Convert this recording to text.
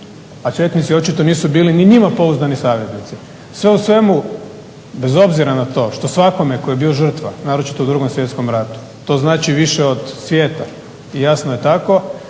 a četnici očito nisu bili ni njima pouzdani saveznici. Sve u svemu bez obzira na to što svakome tko je bio žrtva, naročito u 2. svjetskom ratu, to znači više od svijeta i jasno je tako